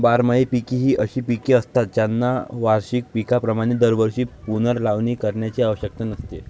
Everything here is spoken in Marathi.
बारमाही पिके ही अशी पिके असतात ज्यांना वार्षिक पिकांप्रमाणे दरवर्षी पुनर्लावणी करण्याची आवश्यकता नसते